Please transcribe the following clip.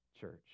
church